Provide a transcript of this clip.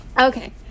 okay